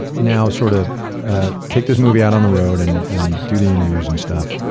and now sort of ah take this movie out on the road and and do the interviews and stuff,